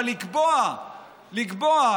אבל לקבוע מכסות,